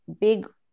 big